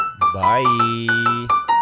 Bye